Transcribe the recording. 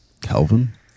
Kelvin